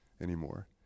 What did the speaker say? anymore